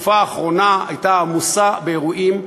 התקופה האחרונה הייתה עמוסה באירועים.